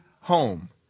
home